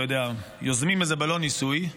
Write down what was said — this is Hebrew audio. אתה יודע, יוזמים איזה בלון ניסוי.